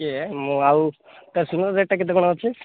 କିଏ ମୁଁ ଆଉ ତା ସୁନାର ରେଟ୍ଟା କେତେ କ'ଣ ଅଛି